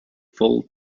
full